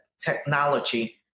technology